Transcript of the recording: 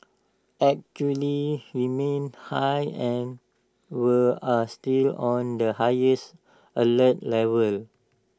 remains high and we are still on the highest alert level